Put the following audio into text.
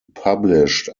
published